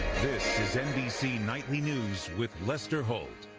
this is nbc nightly news with lester holt.